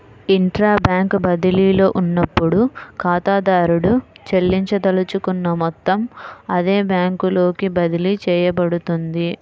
intra bank బదిలీలో ఉన్నప్పుడు, ఖాతాదారుడు చెల్లించదలుచుకున్న మొత్తం అదే బ్యాంకులోకి బదిలీ చేయబడుతుంది